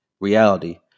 Reality